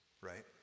right